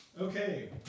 Okay